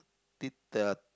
did the